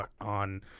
on